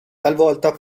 talvolta